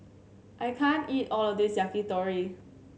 I can't eat all of this Yakitori